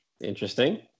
interesting